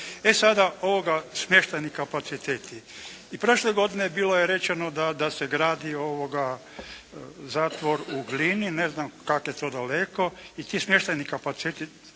E sada, smještajni kapaciteti. I prošle godine bilo je rečeno da se gradi zatvor u Glini, ne znam kako je to daleko i ti smještajni kapaciteti